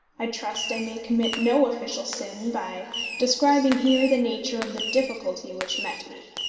i trust i may commit no official sin by describing here the nature of the difficulty which met me.